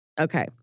Okay